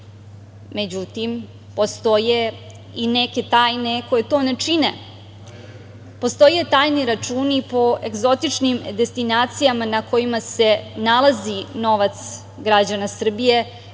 Međutim, postoje i neke tajne koje to ne čine. Postoje tajni računi po egzotičnim destinacijama na kojima se nalazi novac građana Srbije,